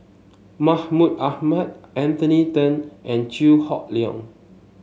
Mahmud Ahmad Anthony Then and Chew Hock Leong